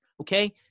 Okay